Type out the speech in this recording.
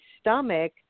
stomach